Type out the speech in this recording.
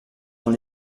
dans